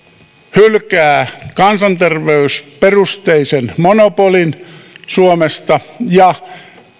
hylkää kansanter veysperusteisen monopolin suomesta ja